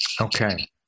Okay